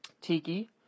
Tiki